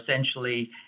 essentially